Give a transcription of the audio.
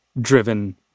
driven